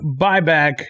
buyback